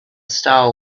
star